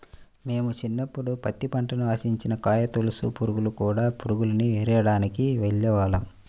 మేము చిన్నప్పుడు పత్తి పంటని ఆశించిన కాయతొలచు పురుగులు, కూడ పురుగుల్ని ఏరడానికి వెళ్ళేవాళ్ళం